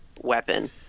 weapon